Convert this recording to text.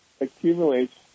accumulates